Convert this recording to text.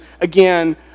again